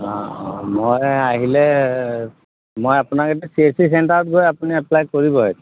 অঁ অঁ মই আহিলে মই আপোনাক এদিন চি এইচ চি চেণ্টাৰত গৈ আপুনি এপ্লাই কৰিবই